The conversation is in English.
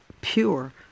pure